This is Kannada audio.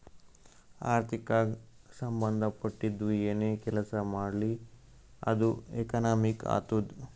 ಆರ್ಥಿಕಗ್ ಸಂಭಂದ ಪಟ್ಟಿದ್ದು ಏನೇ ಕೆಲಸಾ ಮಾಡ್ಲಿ ಅದು ಎಕನಾಮಿಕ್ ಆತ್ತುದ್